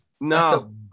no